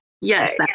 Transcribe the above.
Yes